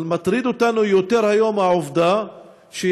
אבל יותר מזה מטרידה אותנו היום העובדה שיש